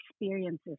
experiences